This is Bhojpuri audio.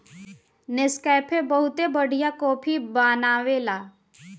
नेस्कैफे बहुते बढ़िया काफी बनावेला